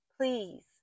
please